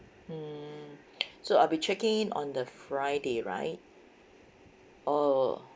mm so I'll be checking in on the friday right oh